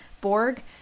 Borg